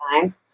time